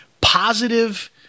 positive